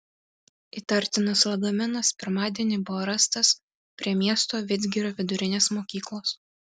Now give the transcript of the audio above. įtartinas lagaminas pirmadienį buvo rastas prie miesto vidzgirio vidurinės mokyklos